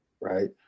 right